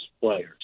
players